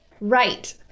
right